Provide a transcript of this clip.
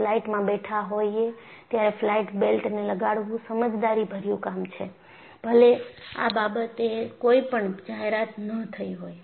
ફ્લાઇટમાં બેઠા હોઈએ ત્યારે ફ્લાઈટ બેલ્ટ ને લગાડવું સમજદારીભર્યું કામ છે ભલે આ બાબતે કોઈપણ જાહેરાત ન થઈ હોય